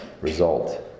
result